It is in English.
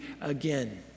again